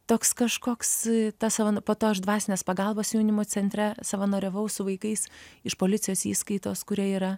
toks kažkoks tas savo po to aš dvasinės pagalbos jaunimo centre savanoriavau su vaikais iš policijos įskaitos kurie yra